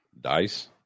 Dice